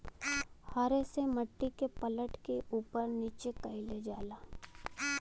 हरे से मट्टी के पलट के उपर नीचे कइल जाला